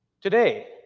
Today